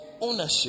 ownership